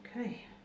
Okay